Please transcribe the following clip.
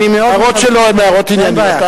ההערות שלו הן הערות ענייניות.